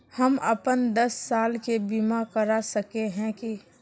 हम अपन दस साल के बीमा करा सके है की?